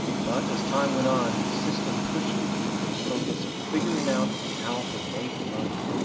but as time went on, the system pushed you into the focus of figuring out how to make money.